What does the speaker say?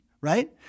right